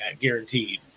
guaranteed